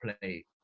play